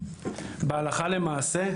בהלכה למעשה,